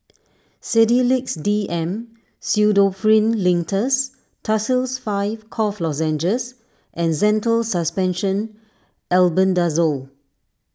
Sedilix D M Pseudoephrine Linctus Tussils five Cough Lozenges and Zental Suspension Albendazole